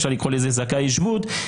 אפשר לקרוא להם זכאי שבות.